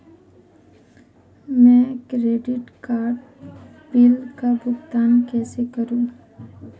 मैं credit card bill का भुगतान कैसे करूं?